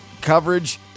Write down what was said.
coverage